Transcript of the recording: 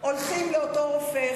הולכים לאותו רופא.